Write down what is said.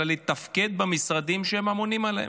אלא לתפקד במשרדים שהם אמונים עליהם.